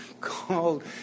Called